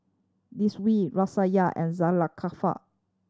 Raisya and